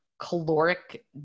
caloric